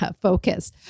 focus